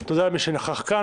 תודה למי שנכח כאן,